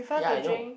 ya I know